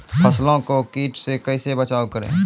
फसलों को कीट से कैसे बचाव करें?